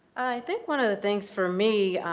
think one of the things, for me,